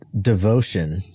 Devotion